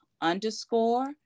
underscore